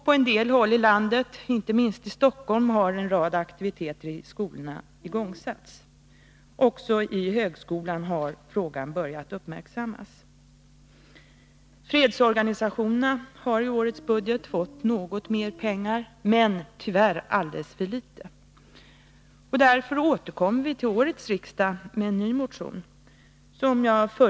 På en del håll i landet — inte minst i Stockholm — har en rad aktiviteter satts i gång i skolorna, och också i högskolor har frågan börjat uppmärksammas. Fredsorganisationerna har i årets budget fått en viss ökning av medelsanslaget, men tyvärr är tillskottet alldeles för litet. Därför återkommer vi till årets riksmöte med en ny motion.